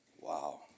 Wow